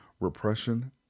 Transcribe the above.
repression